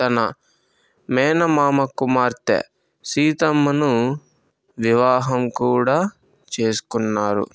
తన మేనమామ కుమార్తె సీతమ్మను వివాహం కూడా చేసుకున్నారు